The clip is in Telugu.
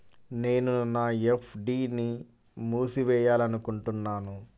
నేను నా ఎఫ్.డీ ని మూసివేయాలనుకుంటున్నాను